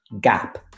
gap